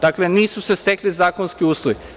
Dakle, nisu se stekli zakonski uslovi.